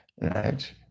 right